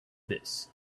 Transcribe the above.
this